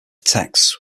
texts